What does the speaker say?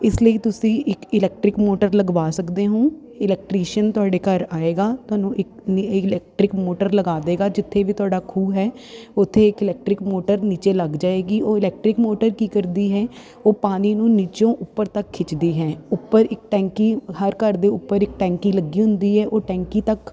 ਇਸ ਲਈ ਤੁਸੀਂ ਇਕ ਇਲੈਕਟਰਿਕ ਮੋਟਰ ਲਗਵਾ ਸਕਦੇ ਹੋ ਇਲੈਕਟਰੀਸ਼ਨ ਤੁਹਾਡੇ ਘਰ ਆਏਗਾ ਤੁਹਾਨੂੰ ਇੱਕ ਇਲੈਕਟਰਿਕ ਮੋਟਰ ਲਗਾ ਦਏਗਾ ਜਿੱਥੇ ਵੀ ਤੁਹਾਡਾ ਖੂਹ ਹੈ ਉੱਥੇ ਇੱਕ ਇਲੈਕਟਰਿਕ ਮੋਟਰ ਨੀਚੇ ਲੱਗ ਜਾਏਗੀ ਉਹ ਇਲੈਕਟਰਿਕ ਮੋਟਰ ਕੀ ਕਰਦੀ ਹੈ ਉਹ ਪਾਣੀ ਨੂੰ ਨਿੱਚੋਂ ਉੱਪਰ ਤੱਕ ਖਿੱਚਦੀ ਹੈ ਉੱਪਰ ਇੱਕ ਟੈਂਕੀ ਹਰ ਘਰ ਦੇ ਉੱਪਰ ਟੈਂਕੀ ਲੱਗੀ ਹੁੰਦੀ ਹੈ ਉਹ ਟੈਂਕੀ ਤੱਕ